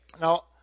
Now